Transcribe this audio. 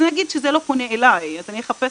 אז אני אגיד שזה לא פונה אליי ואני אחפש